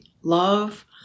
love